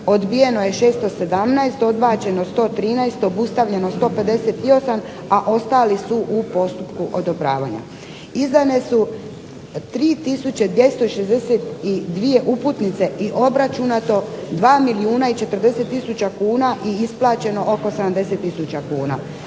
odbijeno je 617, odbačeno 113, obustavljeno 158, a ostali su u postupku odobravanja. Izdane su 3 tisuće 262 uputnice i obračunato 2 milijuna i 40 tisuća kuna i isplaćeno oko 70 tisuća kuna.